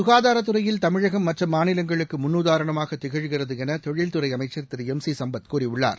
சுகாதாரத்துறையில் தமிழகம் மற்ற மாநிலங்களுக்கு முன் உதாரணமாகத் திகழ்கிறது என தொழில்துறை அமைச்சர் திரு எம் சி சம்பத் கூறியுள்ளார்